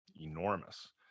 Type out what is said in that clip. enormous